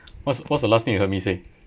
what's what's the last thing you heard me say